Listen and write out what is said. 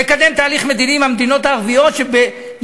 לקדם תהליך מדיני עם המדינות הערביות שהיום